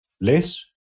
less